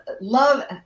love